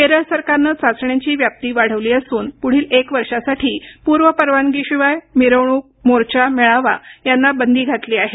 केरळ सरकारनं चाचण्यांची व्याप्ती वाढवली असून पुढील एक वर्षासाठी पूर्वपरवानगी शिवाय मिरवणूक मोर्चा मेळावा यांना बंदी घातली आहे